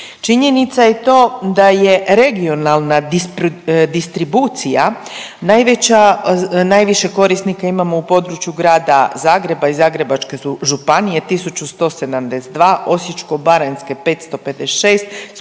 Činjenica je i to da je regionalna distribucija najveća, najviše korisnika imamo u području Grada Zagreba i Zagrebačke županije, 1172, Osječko-baranjske 556,